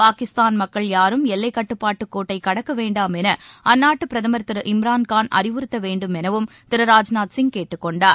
பாகிஸ்தான் மக்கள் யாரும் எல்லைக்கட்டுப்பாட்டுக் கோட்டைகடக்கவேண்டாம் எனஅந்நாட்டுபிரதமர் திரு இம்ரான்கான் அறிவுறுத்தவேண்டும் எனவும் திரு ராஜ்நாத்சிங் கேட்டுக் கொண்டார்